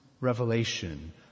revelation